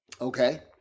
Okay